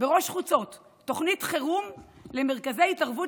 בראש חוצות תוכנית חירום למרכזי התערבות